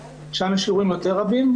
שם יש אירועים יותר רבים,